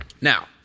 Now